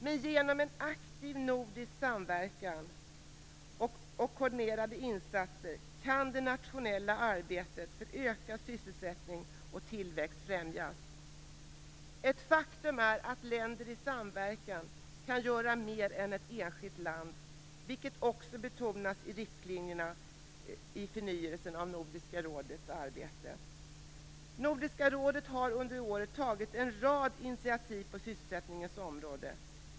Men genom en aktiv nordisk samverkan och koordinerade insatser kan det nationella arbetet för ökad sysselsättning och tillväxt främjas. Ett faktum är att länder i samverkan kan göra mer än ett enskilt land vilket också betonas i riktlinjerna för förnyelsen av Nordiska rådet har under åren tagit en rad initiativ på sysselsättningens område.